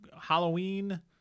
Halloween